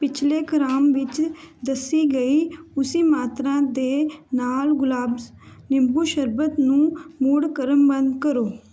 ਪਿਛਲੇ ਕਰਾਮ ਵਿੱਚ ਦੱਸੀ ਗਈ ਉਸੇ ਮਾਤਰਾ ਦੇ ਨਾਲ ਗੁਲਾਬਜ਼ ਨਿੰਬੂ ਸ਼ਰਬਤ ਨੂੰ ਮੁੜ ਕ੍ਰਮਬੱਧ ਕਰੋ